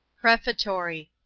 prefatory.